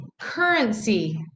currency